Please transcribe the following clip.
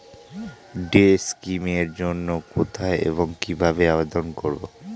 Day scheme এর জন্য কোথায় এবং কিভাবে আবেদন করব?